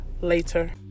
later